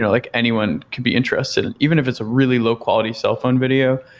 like anyone can be interested, and even if it's a really low quality cell phone video.